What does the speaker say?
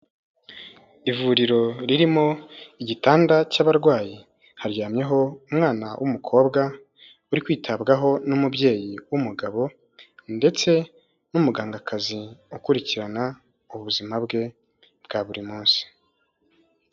Ivuriro ririmo igitanda cy'abarwayi, haryamyeho umwana w'umukobwa uri kwitabwaho n'umubyeyi w'umugabo, ndetse n'umugangakazi ukurikirana ubuzima bwe bwa buri munsi.